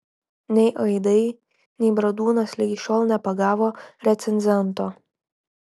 nei aidai nei bradūnas ligi šiol nepagavo recenzento